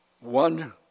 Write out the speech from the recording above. one